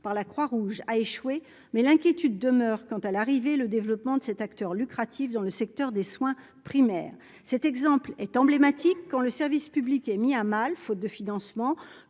par la Croix-Rouge a échoué, mais l'inquiétude demeure quant à l'arrivée et au développement de cet acteur à but lucratif dans le secteur des soins primaires. Cet exemple est emblématique : quand le service public est mis à mal, faute de financement,